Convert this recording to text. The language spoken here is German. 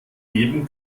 eben